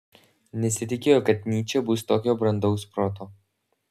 nesitikėjo kad nyčė bus tokio brandaus proto